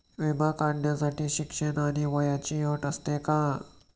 विमा काढण्यासाठी शिक्षण आणि वयाची अट असते का?